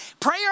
Prayer